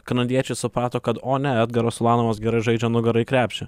kanadiečiai suprato kad o ne edgaras ulanovas geras žaidžia nugara į krepšį